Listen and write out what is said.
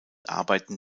arbeiten